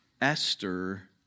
Esther